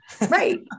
Right